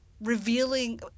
revealing